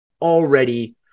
already